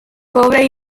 cobre